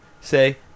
Say